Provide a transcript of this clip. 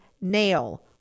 nail